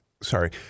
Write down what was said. Sorry